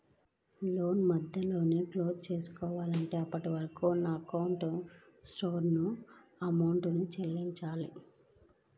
లోను మధ్యలోనే క్లోజ్ చేసుకోవాలంటే అప్పటివరకు ఉన్న అవుట్ స్టాండింగ్ అమౌంట్ ని చెల్లించాలి